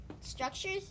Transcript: structures